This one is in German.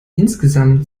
insgesamt